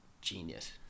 genius